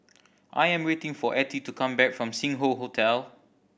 I am waiting for Ethie to come back from Sing Hoe Hotel